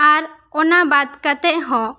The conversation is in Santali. ᱟᱨ ᱚᱱᱟ ᱵᱟᱫᱽ ᱠᱟᱛᱮᱜᱮ ᱦᱚᱸ